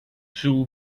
zoo